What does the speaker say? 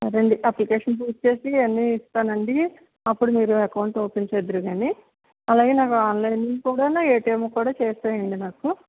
సరేనండి అప్లికేషను పూర్తిచేసి ఇవన్నీ ఇస్తానండి అప్పుడు మీరు అకౌంటు ఓపెను చేద్దురుగాని అలాగే నాకు ఆన్లైన్ కూడా ఏటీఎం కూడా చేసేయండి నాకు